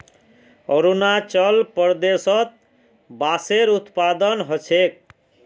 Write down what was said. अरुणाचल प्रदेशत बांसेर उत्पादन ह छेक